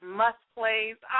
must-plays